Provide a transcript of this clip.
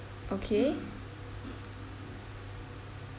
okay